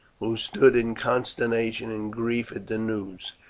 who stood in consternation and grief at the news.